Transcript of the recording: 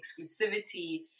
exclusivity